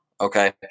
okay